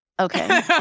Okay